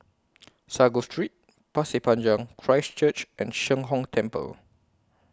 Sago Street Pasir Panjang Christ Church and Sheng Hong Temple